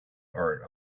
art